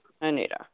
Anita